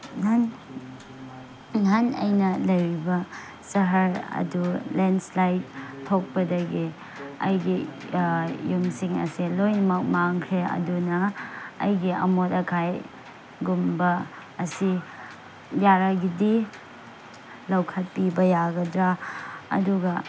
ꯅꯍꯥꯟ ꯅꯍꯥꯟ ꯑꯩꯅ ꯂꯩꯔꯤꯕ ꯁꯍꯔ ꯑꯗꯨ ꯂꯦꯟꯁꯂꯥꯏꯠ ꯊꯣꯛꯄꯗꯒꯤ ꯑꯩꯒꯤ ꯌꯨꯝꯁꯤꯡ ꯑꯁꯦ ꯂꯣꯏꯅꯃꯛ ꯃꯥꯡꯈ꯭ꯔꯦ ꯑꯗꯨꯅ ꯑꯩꯒꯤ ꯑꯃꯣꯠ ꯑꯀꯥꯏꯒꯨꯝꯕ ꯑꯁꯤ ꯌꯥꯔꯒꯗꯤ ꯂꯧꯈꯠꯄꯤꯕ ꯌꯥꯒꯗ꯭ꯔꯥ ꯑꯗꯨꯒ